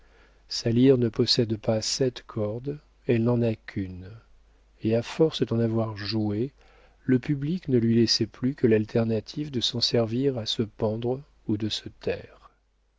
sa lyre ne possède pas sept cordes elle n'en a qu'une et à force d'en avoir joué le public ne lui laissait plus que l'alternative de s'en servir à se pendre ou de se taire